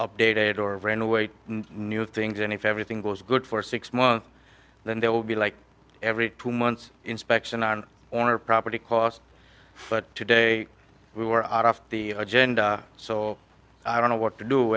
updated or ran away to new things and if everything goes good for six months then there will be like every two months inspection on her property cost but today we were off the agenda so i don't know what to do